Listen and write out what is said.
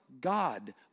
God